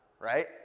right